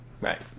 Right